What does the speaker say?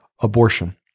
abortion